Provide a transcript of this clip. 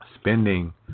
spending